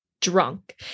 drunk